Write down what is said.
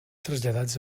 traslladats